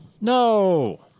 No